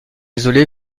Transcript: isolé